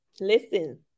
Listen